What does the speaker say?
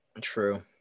True